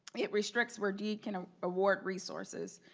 it restricts where deed can award resources.